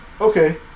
Okay